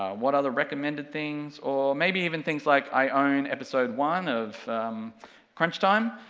what other recommended things, or maybe even things like i own episode one of crunch time,